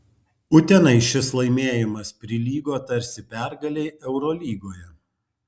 utenai šis laimėjimas prilygo tarsi pergalei eurolygoje